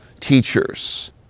Teachers